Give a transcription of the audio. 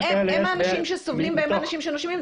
אבל הם האנשים שסובלים והם האנשים שנושמים.